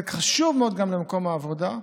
זה חשוב מאוד גם למקום העבודה,